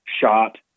shot